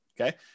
okay